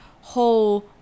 whole